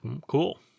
Cool